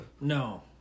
No